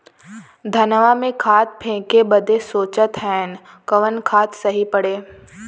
धनवा में खाद फेंके बदे सोचत हैन कवन खाद सही पड़े?